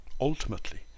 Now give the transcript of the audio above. ultimately